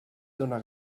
dóna